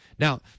Now